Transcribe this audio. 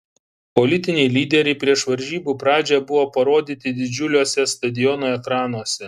politiniai lyderiai prieš varžybų pradžią buvo parodyti didžiuliuose stadiono ekranuose